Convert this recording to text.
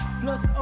plus